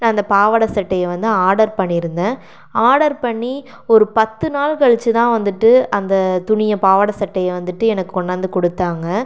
நான் அந்த பாவடை சட்டையை வந்து ஆர்டர் பண்ணியிருந்தேன் ஆர்டர் பண்ணி ஒரு பத்து நாள் கழிச்சு தான் வந்துட்டு அந்த துணியை பாவாடை சட்டையை வந்துட்டு எனக்கு கொண்டாந்து கொடுத்தாங்க